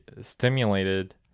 stimulated